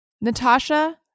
Natasha